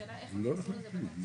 השאלה כיצד תיישבו את זה בתקציב.